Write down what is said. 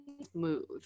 smooth